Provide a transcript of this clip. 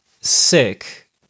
sick